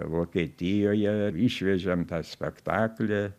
vokietijoje išvežėm tą spektaklį